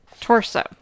torso